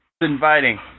Inviting